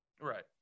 Right